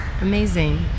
Amazing